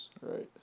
Right